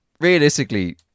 realistically